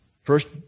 First